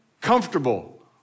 comfortable